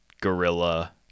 gorilla